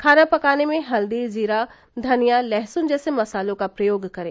खाना पकाने में हल्दी जीरा धनिया लहसुन जैसे मसालों का प्रयोग करें